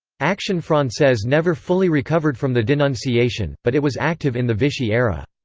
action francaise never fully recovered from the denunciation, but it was active in the vichy era.